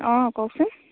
অঁ কওকচোন